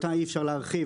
שאותה אי אפשר להרחיב,